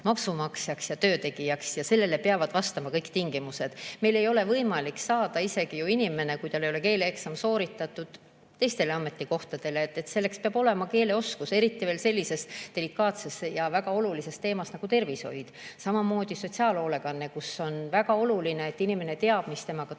ja töötegijaks. Sellele peavad vastama kõik tingimused. Meil ei ole võimalik saada inimesel, kellel ei ole keeleeksam sooritatud, isegi teistele ametikohtadele. Selleks peab olema keeleoskus, eriti veel sellises delikaatses ja väga olulises teemas nagu tervishoid. Samamoodi sotsiaalhoolekanne, kus on väga oluline, et inimene teab, mis temaga toimub.